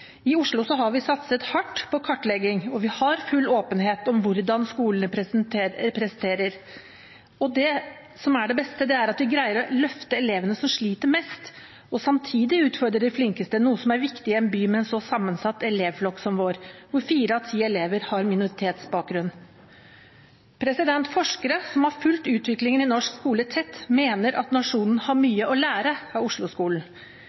I Oslo har vi satset hardt på kartlegging, og vi har full åpenhet om hvordan skolene presterer. Og det som er det beste, er at vi greier å løfte elevene som sliter mest, og samtidig utfordre de flinkeste, noe som er viktig i en by med en så sammensatt elevflokk som vår, hvor fire av ti elever har minoritetsbakgrunn. Forskere som har fulgt utviklingen i norsk skole tett, mener at nasjonen har mye å lære av